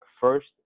first